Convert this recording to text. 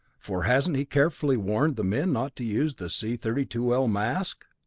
for hasn't he carefully warned the men not to use the c thirty two l mask?